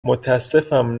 متاسفم